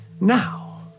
Now